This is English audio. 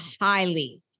highly